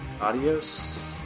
Adios